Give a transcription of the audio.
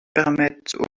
permettent